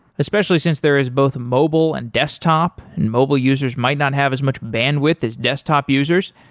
especially since there is both mobile and desktop and mobile users might not have as much bandwidth as desktop users.